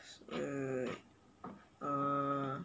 uh uh